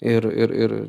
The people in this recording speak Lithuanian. ir ir ir